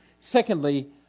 Secondly